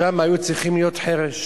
שם היו צריכים להיות חרש,